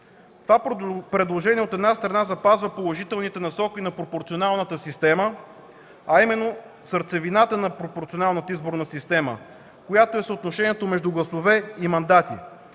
Това предложение, от една страна, запазва положителните насоки на пропорционалната система, а именно сърцевината на пропорционалната изборна система, която е съотношението между гласове и мандати,